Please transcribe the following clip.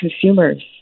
consumers